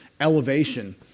elevation